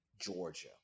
Georgia